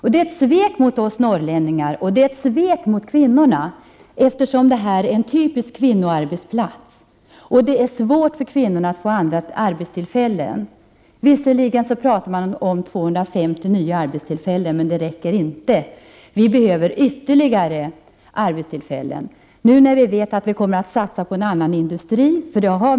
Detta är ett svek mot oss norrlänningar, och det är ett svek mot kvinnorna, eftersom detta är en typisk kvinnoarbetsplats. Det är svårt för kvinnorna där uppe att få andra arbetstillfällen. Visserligen talar Teli om 250 nya arbetstillfällen, men de räcker inte. Vi behöver ytterligare arbetstillfällen i Sundsvall. Nu vet vi att vi kommer att satsa på en annan industri.